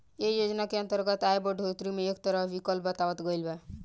ऐ योजना के अंतर्गत आय बढ़ोतरी भी एक तरह विकल्प बतावल गईल बा